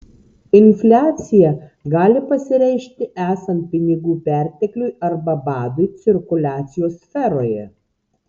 infliacija gali pasireikšti esant pinigų pertekliui arba badui cirkuliacijos sferoje